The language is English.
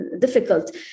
difficult